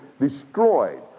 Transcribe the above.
destroyed